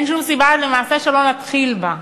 אין שום סיבה למעשה שלא נתחיל בה.